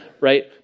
right